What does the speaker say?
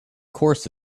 course